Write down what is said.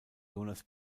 jonas